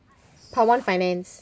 part one finance